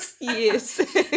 Yes